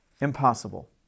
impossible